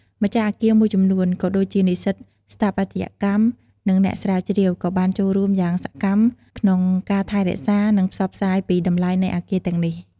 ម្ចាស់អគារមួយចំនួន ក៏ដូចជានិស្សិតស្ថាបត្យកម្ម និងអ្នកស្រាវជ្រាវ ក៏បានចូលរួមយ៉ាងសកម្មក្នុងការថែរក្សា និងផ្សព្វផ្សាយពីតម្លៃនៃអគារទាំងនេះ។